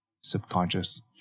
subconscious